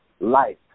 life